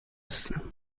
هستم